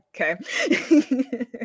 okay